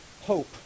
hope